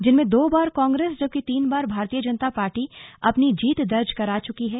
जिनमें दो बार कांग्रेस जबकि तीन बार भारतीय जनता पार्टी अपनी जीत दर्ज करा चुकी हैं